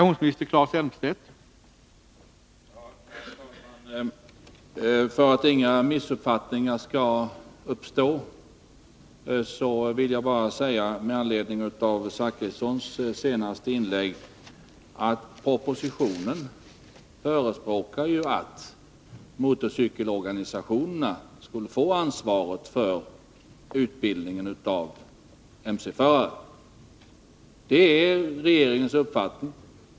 Herr talman! För att inga missuppfattningar skall uppstå vill jag med anledning av Bertil Zachrissons senaste inlägg säga att propositionen förespråkar att motorcykelorganisationerna skulle få ansvaret för utbildningen av motorcykelförare. Det är regeringens uppfattning.